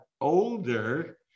older